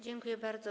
Dziękuję bardzo.